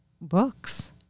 books